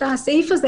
את הסעיף הזה